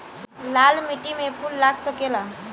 लाल माटी में फूल लाग सकेला?